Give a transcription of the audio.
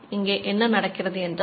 இங்கே என்ன நடக்கிறது என்றால்